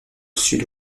sud